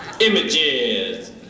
Images